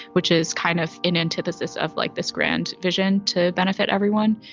which is kind of an antithesis of like this grand vision to benefit everyone.